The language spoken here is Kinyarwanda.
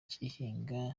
cy’ihinga